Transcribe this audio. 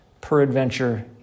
Peradventure